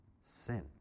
sin